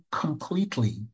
completely